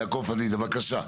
יעקב פדידה, בבקשה.